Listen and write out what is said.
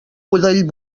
budell